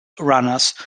runners